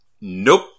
Nope